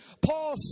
Paul